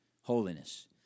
holiness